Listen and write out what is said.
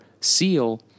seal